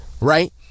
Right